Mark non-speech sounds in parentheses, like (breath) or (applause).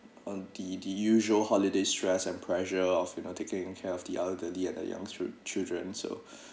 on the the usual holiday stress and pressure of you know taking care of the elderly and the young chil~ children so (breath)